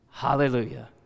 Hallelujah